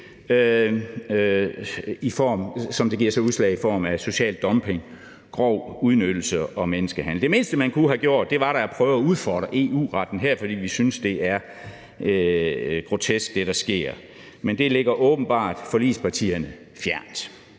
som giver sig udslag i form af social dumping, grov udnyttelse og menneskehandel, ind. Det mindste, man kunne have gjort, var da at prøve at udfordre EU-retten her, fordi vi synes, at det, der sker, er grotesk. Men det ligger åbenbart forligspartierne fjernt.